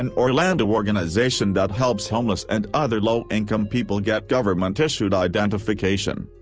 and orlando organization that helps homeless and other low-income people get government-issued identification.